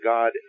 God